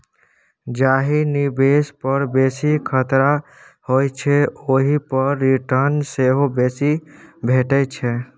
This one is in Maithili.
जाहि निबेश पर बेसी खतरा होइ छै ओहि पर रिटर्न सेहो बेसी भेटै छै